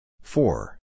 Four